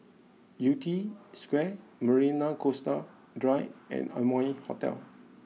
Yew Tee Square Marina Coastal Drive and Amoy Hotel